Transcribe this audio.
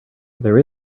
there